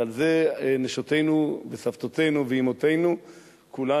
ועל זה נשותינו וסבותינו ואמותינו כולן,